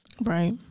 Right